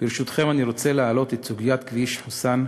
אני רוצה, ברשותכם, להעלות את סוגיית כביש חוסאן,